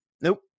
Nope